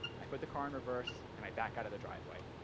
i put the car in reverse and i back out of the driveway.